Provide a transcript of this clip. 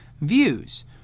views